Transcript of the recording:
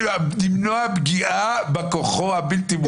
למנוע פגיעה בכוחו הבלתי מוגבל.